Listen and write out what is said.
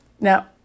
Now